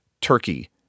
turkey